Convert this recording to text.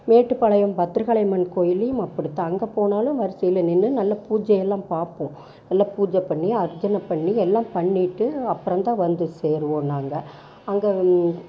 மேட்டுப்பாளையம் பத்திரகாளி அம்மன் கோயில்லேயும் அப்படித்தான் அங்கே போனாலும் வரிசையில் நின்று நல்லா பூஜை எல்லாம் பார்ப்போம் நல்லா பூஜை பண்ணி அர்ச்சனை பண்ணி எல்லாம் பண்ணிட்டு அப்புறந்தான் வந்து சேருவோம் நாங்கள் அங்கே வந்